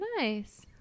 nice